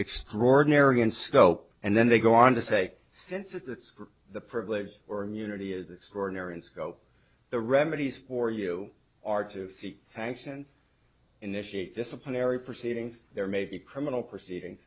extraordinary in scope and then they go on to say since it's the privilege or immunity is extraordinary in scope the remedies for you are to seek sanctions initiate disciplinary proceedings there may be criminal proceedings